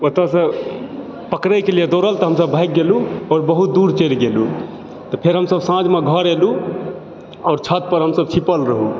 ओतऽसँ पकड़ैके लिए दौड़ल तऽ हमसभ भागि गेलहुँ बहुत दूर चलि गेलहुँ तऽ फेर हमसभ साँझमे घर एलहुँ आओर छत पर हमसभ छिपल रहौ